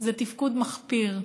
זה תפקוד מחפיר.